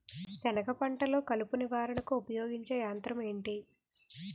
సెనగ పంటలో కలుపు నివారణకు ఉపయోగించే యంత్రం ఏంటి?